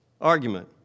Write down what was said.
argument